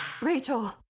Rachel